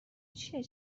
چیه